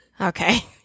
Okay